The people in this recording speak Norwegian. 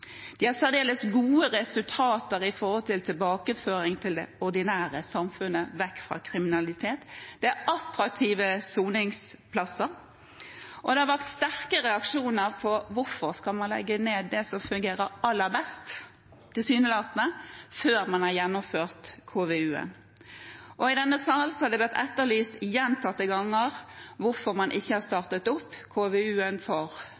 De har særdeles gode resultater med hensyn til tilbakeføring til det ordinære samfunnet, vekk fra kriminalitet. Det er attraktive soningsplasser. Det har vakt sterke reaksjoner at man skal legge ned det som tilsynelatende fungerer aller best, før man har gjennomført KVU-en. I denne sal har det gjentatte ganger blitt etterlyst hvorfor man ikke har startet opp KVU-en for